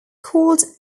called